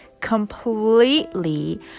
completely